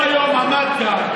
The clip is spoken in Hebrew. והוא היום עמד כאן,